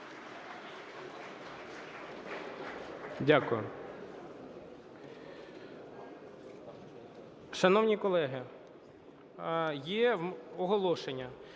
Дякую.